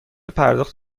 پرداخت